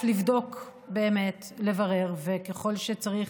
לבדוק באמת, לברר, וככל שצריך,